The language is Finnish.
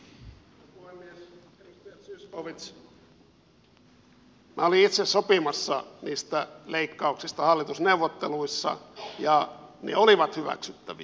edustaja zyskowicz minä olin itse sopimassa niistä leikkauksista hallitusneuvotteluissa ja ne olivat hyväksyttäviä